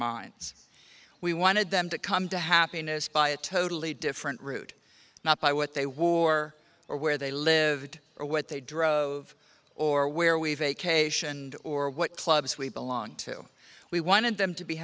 minds we wanted them to come to happiness by a totally different route not by what they wore or where they lived or what they drove or where we vacationed or what clubs we belong to we wanted them to be